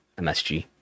MSG